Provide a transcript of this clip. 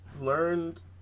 learned